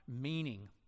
meaning